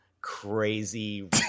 crazy